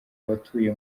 abatuye